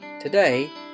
Today